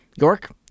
York